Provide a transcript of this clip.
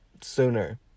sooner